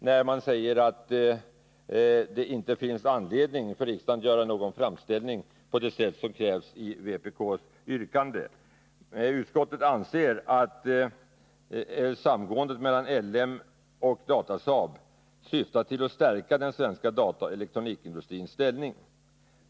Utskottet säger att det inte finns anledning för riksdagen att göra någon sådan framställning som krävs i vpk-yrkandet. Utskottet anser att samgåendet mellan L M Ericsson och Datasaab syftar till att stärka den svenska dataoch elektronikindustrins ställning.